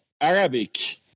Arabic